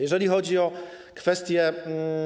Jeżeli chodzi o kwestię.